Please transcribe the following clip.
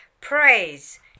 Praise